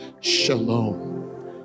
shalom